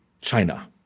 China